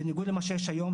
בניגוד למה שיש היום,